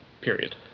period